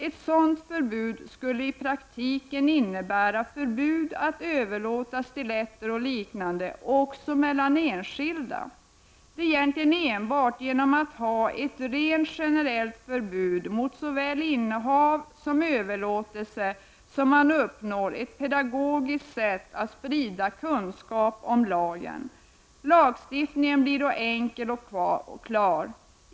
Ett sådant förbud skulle i praktiken innebära förbud att överlåta stiletter och liknande också mellan enskilda. Det är egentligen enbart genom ett generellt förbud mot såväl innehav som överlåtelse som man uppnår ett pedagogiskt sätt att sprida kunskap om lagen. Lagstiftningen blir då enkel och klar.